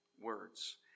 words